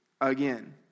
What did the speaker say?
again